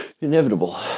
inevitable